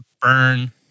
burn